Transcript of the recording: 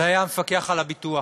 זה היה המפקח על הביטוח,